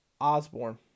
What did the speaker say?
Osborne